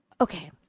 okay